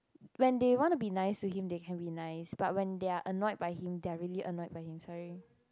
when they want to be nice to him they can be nice but when they are annoyed by him they really annoyed by him sorry